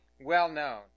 well-known